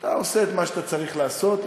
אתה עושה את מה שצריך לעשות.